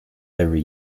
every